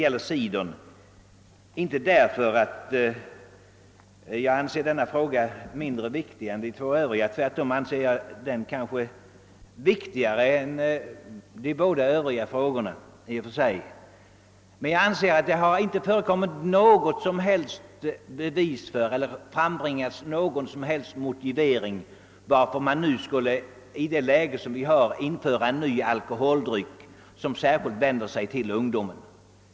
Detta beror inte på att jag anser den fråga det gäller — frågan om cidern — vara mindre viktig än de båda andra. Tvärtom anser jag att den i och för sig är den viktigaste av dessa frågor. Men det har inte förebragts någon som helst motivering för att man i det läge vi nu har skulle införa en ny alkoholdryck, som kan bli särskilt attraktiv för ungdomen.